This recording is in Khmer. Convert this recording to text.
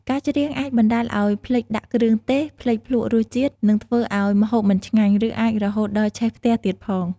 ការច្រៀងអាចបណ្ដាលឱ្យភ្លេចដាក់គ្រឿងទេស ភ្លេចភ្លក្សរសជាតិ និងធ្វើឱ្យម្ហូបមិនឆ្ងាញ់ ឬអាចរហូតដល់ឆេះផ្ទះទៀតផង។